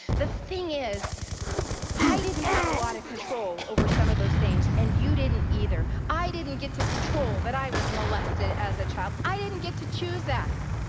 the thing is i didn't have a lot of control over some of those things, and you didn't either. i didn't get to control that i was molested as a child. i didn't get to choose that.